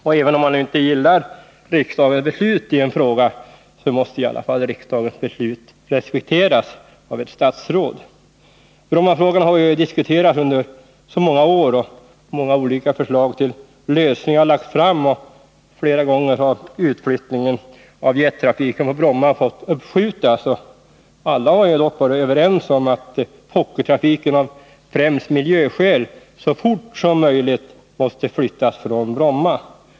Och även om man nu inte gillar riksdagens beslut i en fråga så måste i alla fall riksdagens beslut respekteras av ett statsråd. Brommafrågan har ju diskuterats under många år, och många olika förslag till lösningar har lagts fram. Flera gånger har utflyttningen av jettrafiken på Bromma fått uppskjutas. Alla har dock varit överens om att Fokkertrafiken av främst miljöskäl så fort som möjligt måste flyttas från Bromma.